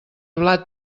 blat